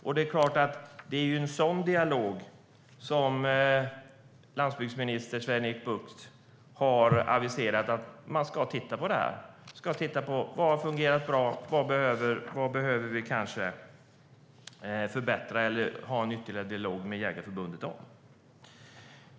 När det gäller en sådan dialog har landsbygdsminister Sven-Erik Bucht aviserat att man ska titta på detta - vad som har fungerat bra och vad man behöver förbättra eller ha en ytterligare dialog med Jägareförbundet om.